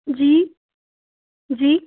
जी जी